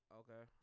okay